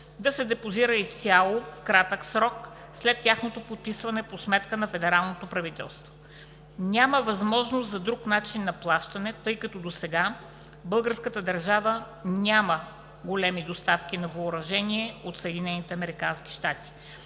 да се депозира изцяло в кратък срок след тяхното подписване по сметка на федералното правителство. Няма възможност за друг начин на плащане, тъй като досега българската държава няма големи доставки на въоръжение от